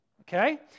Okay